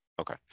Okay